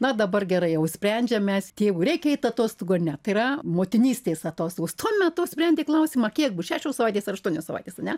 na dabar gerai jau sprendžiam mes tėvui reikia eit atostogų ne tai yra motinystės atostogos tuo metu sprendė klausimą kiek bus šešios savaitės ar aštuonios savaitės ane